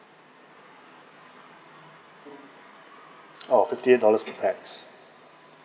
oh fifty dollars per pax